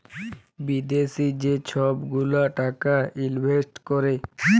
বিদ্যাশি যে ছব গুলা টাকা ইলভেস্ট ক্যরে